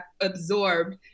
absorbed